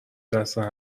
دست